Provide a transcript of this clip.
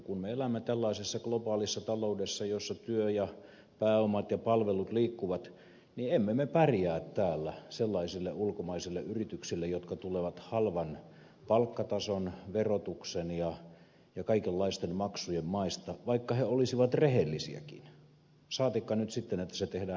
kun me elämme tällaisessa globaalissa taloudessa jossa työ ja pääomat ja palvelut liikkuvat niin emme me pärjää täällä sellaisille ulkomaisille yrityksille jotka tulevat halvan palkkatason verotuksen ja kaikenlaisten maksujen maista vaikka ne olisivat rehellisiäkin saatikka nyt sitten että ne ovat epärehellisiä